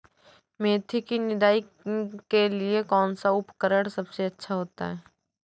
मेथी की निदाई के लिए कौन सा उपकरण सबसे अच्छा होता है?